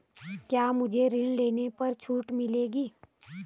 क्या मुझे ऋण लेने पर छूट मिलेगी?